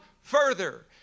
further